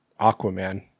Aquaman